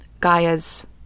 Gaia's